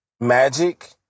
Magic